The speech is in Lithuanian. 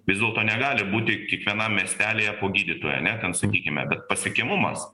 vis dėlto negali būti kiekvienam miestelyje po gydytoją ne ten sakykime bet pasiekiamumas